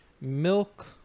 Milk